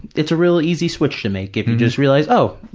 it's a real easy switch to make if you just realize, oh,